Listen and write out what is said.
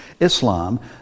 Islam